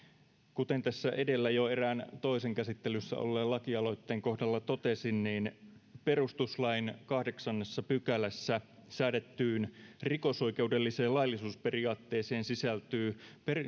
kuten tässä edellä jo erään toisen käsittelyssä olleen lakialoitteen kohdalla totesin niin perustuslain kahdeksannessa pykälässä säädettyyn rikosoikeudelliseen laillisuusperiaatteeseen sisältyy